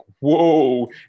whoa